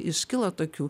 iškilo tokių